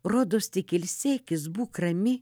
rodos tik ilsėkis būk rami